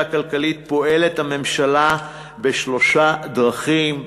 הכלכלית פועלת הממשלה בשלוש דרכים,